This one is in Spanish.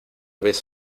vez